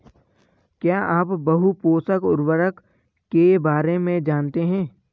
क्या आप बहुपोषक उर्वरक के बारे में जानते हैं?